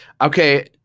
Okay